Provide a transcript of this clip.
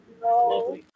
no